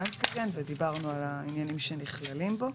אנטיגן ודיברנו על העניינים שנכללים בו.